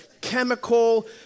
chemical